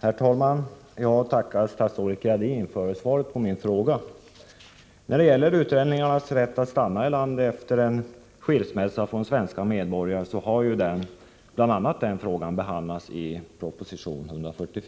Herr talman! Jag tackar statsrådet Gradin för svaret på min fråga. Bl. a. frågan om utlänningars rätt att stanna i landet efter en skilsmässa från svenska medborgare behandlas i proposition 144— vilken